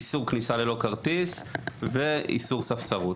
איסור כניסה ללא כרטיס ואיסור ספסרות.